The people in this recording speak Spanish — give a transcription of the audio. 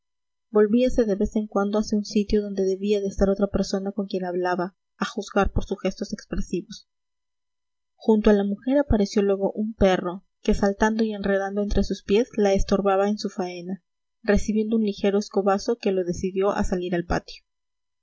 volvíase de vez en cuando hacia un sitio donde debía de estar otra persona con quien hablaba a juzgar por sus gestos expresivos junto a la mujer apareció luego un perro que saltando y enredando entre sus pies la estorbaba en su faena recibiendo un ligero escobazo que lo decidió a salir al patio